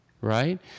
right